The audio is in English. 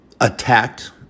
attacked